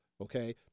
Okay